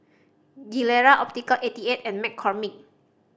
Gilera Optical Eighty Eight and McCormick